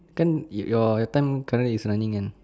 ten your your time current is running um